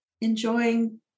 enjoying